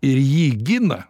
ir jį gina